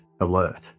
alert